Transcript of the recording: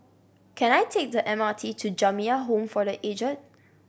can I take the M R T to Jamiyah Home for The Aged